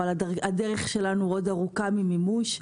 אבל הדרך שלנו עוד ארוכה ממימוש.